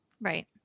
right